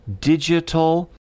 digital